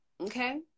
okay